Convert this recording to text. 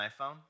iPhone